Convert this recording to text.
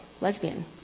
lesbian